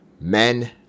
men